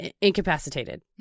incapacitated